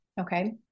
okay